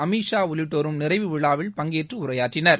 அமித் ஷா உள்ளிட்டோரும் நிறைவு விழாவில் பங்கேற்று உரையாற்றினர்